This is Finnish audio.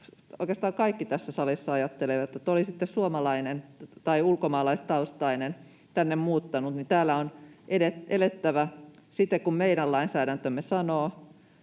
oikeastaan kaikki tässä salissa ajattelevat, että oli sitten suomalainen tai ulkomaalaistaustainen, tänne muuttanut, niin täällä on elettävä siten kuin meidän lainsäädäntömme sanoo,